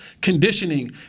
conditioning